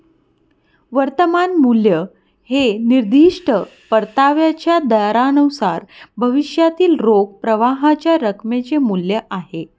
वर्तमान मूल्य हे निर्दिष्ट परताव्याच्या दरानुसार भविष्यातील रोख प्रवाहाच्या रकमेचे मूल्य आहे